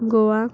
Goa